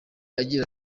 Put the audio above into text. agira